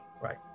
right